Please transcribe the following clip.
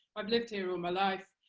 i've lived here all my life,